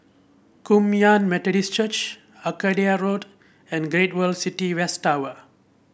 Kum Yan Methodist Church Arcadia Road and Great World City West Tower